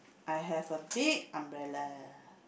I have a big umbrella